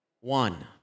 one